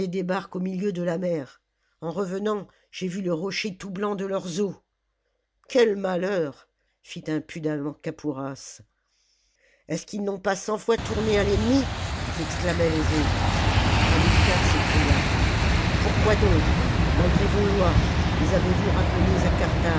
débarque au milieu de la mer en revenant j'ai vu le rocher tout blanc de leurs os quel malheur fit impudemment kapouras est-ce qu'ils n'ont pas cent fois tourné à l'ennemi exclamaient les autres hamilcar s'écria pourquoi donc malgré vos lois les avezyous rappelés à